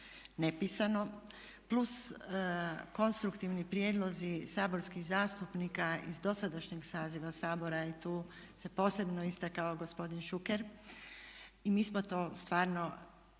nepisano plus konstruktivni prijedlozi saborskih zastupnika iz dosadašnjeg saziva Sabora i tu se posebno istakao gospodin Šuker i mi smo to stvarno stalno